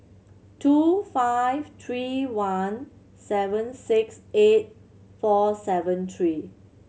two five three one seven six eight four seven three